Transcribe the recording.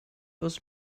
aus